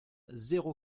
zéro